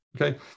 Okay